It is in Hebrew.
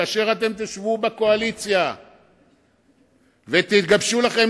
וכאשר אתם תשבו בקואליציה ותגבשו לכם